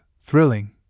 thrilling